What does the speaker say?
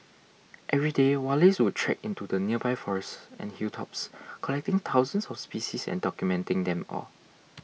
every day Wallace would trek into the nearby forests and hilltops collecting thousands of species and documenting them all